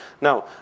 Now